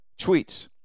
tweets